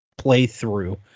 playthrough